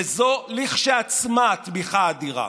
וזו כשלעצמה תמיכה אדירה.